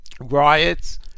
riots